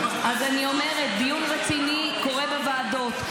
--- אז אני אומרת, דיון רציני קורה בוועדות.